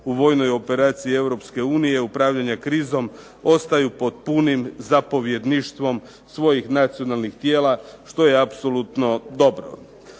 u vojnoj operaciji Europske unije upravljanja krizom ostaju pod punim zapovjedništvom svojih nacionalnih tijela što je apsolutno dobro.